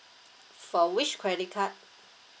for which credit card